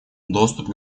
доступ